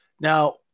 Now